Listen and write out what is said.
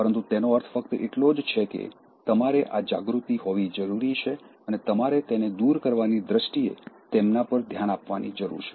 પરંતુ તેનો અર્થ ફક્ત એટલો જ છે કે તમારે આ જાગૃતિ હોવી જરૂરી છે અને તમારે તેને દૂર કરવાની દ્રષ્ટિએ તેમના પર ધ્યાન આપવાની જરૂર છે